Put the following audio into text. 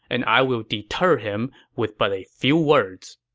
and i will deter him with but a few words.